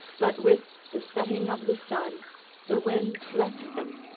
but with the setting of the sun the wind left them,